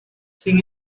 sin